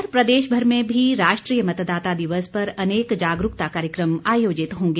इधर प्रदेशभर में भी राष्ट्रीय मतदाता दिवस पर अनेक जागरूकता कार्यक्रम आयोजित होंगे